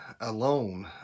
alone